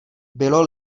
bylo